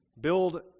build